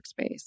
workspace